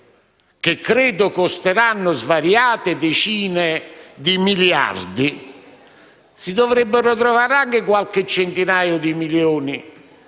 che credo costeranno svariate decine di miliardi di euro, si dovrebbero trovare anche qualche centinaia di milioni